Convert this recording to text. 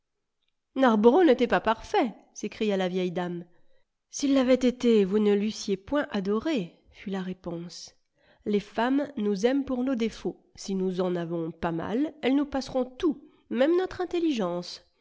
narborough n'était pas parfait s'écria la vieille dame s'il l'avait été vous ne l'eussiez point adoré fut la réponse les femmes nous aiment pour nos défauts si nous en avons pas mal elles nous passeront tout même notre intelligence